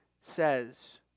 says